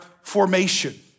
formation